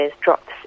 drops